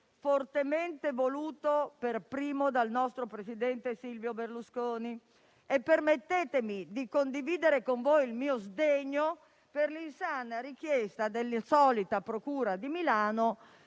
fortemente voluto, per primo, dal nostro presidente Silvio Berlusconi. E permettetemi di condividere con voi il mio sdegno per l'insana richiesta della solita procura di Milano